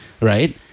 right